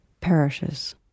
perishes